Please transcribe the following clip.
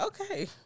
Okay